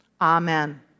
Amen